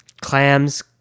clams